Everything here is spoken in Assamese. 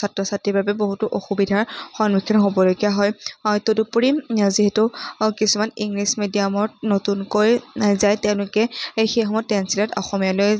ছাত্ৰ ছাত্ৰীৰ বাবে বহুতো অসুবিধাৰ সন্মুখীন হ'বলগীয়া হয় তদুপৰি যিহেতু কিছুমান ইংলিছ মিডিয়ামত নতুনকৈ যায় তেওঁলোকে সেই সময়ত ট্ৰেঞ্চিলেট অসমীয়ালৈ